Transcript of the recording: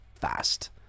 fast